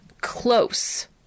close